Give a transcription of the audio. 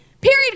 Period